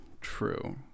true